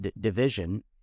division